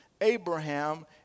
Abraham